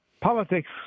politics